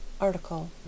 article